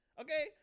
okay